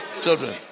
children